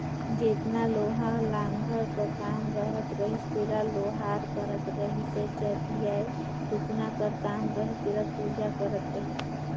जेतना लोहा लाघड़ कर काम रहत रहिस तेला लोहार करत रहिसए चरहियाए टुकना कर काम रहें तेला तुरिया करत रहिस